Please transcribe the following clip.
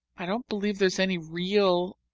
i don't believe there's any real,